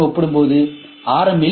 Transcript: C உடன் ஒப்பிடும்போது R